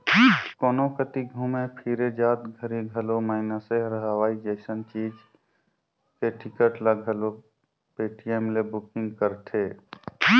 कोनो कति घुमे फिरे जात घरी घलो मइनसे हर हवाई जइसन चीच के टिकट ल घलो पटीएम ले बुकिग करथे